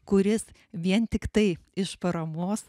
kuris vien tiktai iš paramos